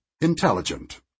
Intelligent